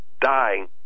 dying